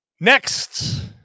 Next